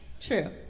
True